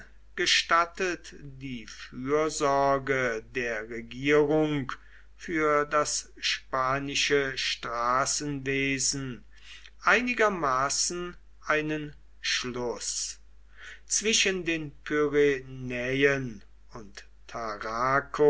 gestattet die fürsorge der regierung für das spanische straßenwesen einigermaßen einen schluß zwischen den pyrenäen und